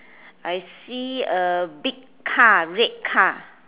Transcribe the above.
I see a big car red car